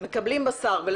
מקבלים בשר בחבילות?